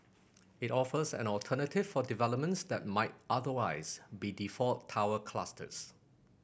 it offers an alternative for developments that might otherwise be default tower clusters